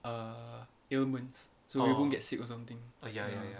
err ailments so you won't get sick or something ya